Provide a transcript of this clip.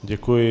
Děkuji.